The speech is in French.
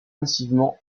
massivement